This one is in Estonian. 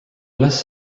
üles